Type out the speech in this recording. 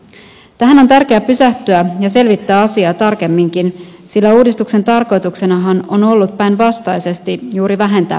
tähän on tärkeä pysähtyä ja selvittää asiaa tarkemminkin sillä uudistuksen tarkoituksenahan on ollut päinvastaisesti juuri vähentää byrokratiaa